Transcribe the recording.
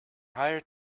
hired